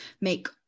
make